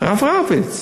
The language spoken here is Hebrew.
הרב רביץ,